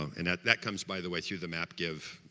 um and that that comes, by the way, through the map give